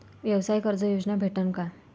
व्यवसाय कर्ज योजना भेटेन का?